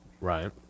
Right